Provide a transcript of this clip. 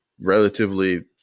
relatively